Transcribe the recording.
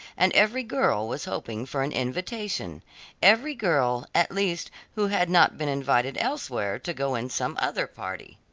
and every girl was hoping for an invitation every girl, at least who had not been invited elsewhere to go in some other party.